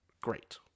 Great